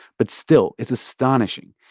but still, it's astonishing.